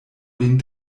lin